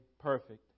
perfect